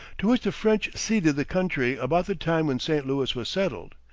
to which the french ceded the country about the time when st. louis was settled.